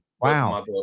Wow